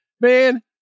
man